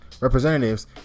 representatives